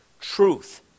truth